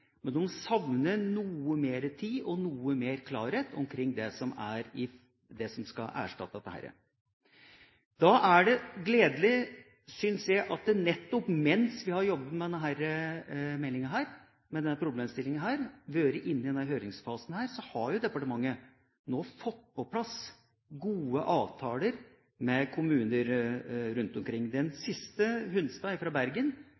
men de savner noe mer tid og noe mer klarhet omkring det som skal erstatte dette. Da syns jeg det er gledelig at mens vi har jobbet med denne problemstillinga, mens vi har vært inne i denne høringsfasen, så har departementet fått på plass gode avtaler med kommuner rundt omkring. Den siste, Hunstad skole i Bergen,